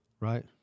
right